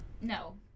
No